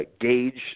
gauge